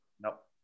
Nope